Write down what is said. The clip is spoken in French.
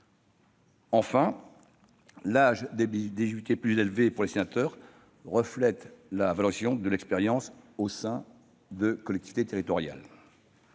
Enfin, l'âge d'éligibilité plus élevé pour les sénateurs reflète la valorisation de l'expérience au sein des collectivités territoriales.